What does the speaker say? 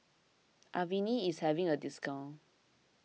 Avene is having a discount